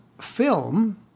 film